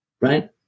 Right